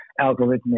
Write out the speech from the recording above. algorithmic